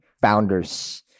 founders